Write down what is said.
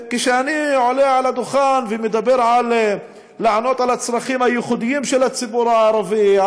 כשאני עולה לדוכן כדי לענות על הצרכים של הציבור הערבי,